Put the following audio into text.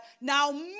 Now